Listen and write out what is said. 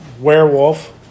werewolf